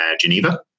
geneva